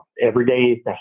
Everyday